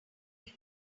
jane